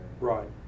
Right